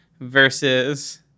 versus